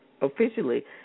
officially